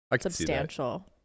substantial